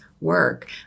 work